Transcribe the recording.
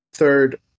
Third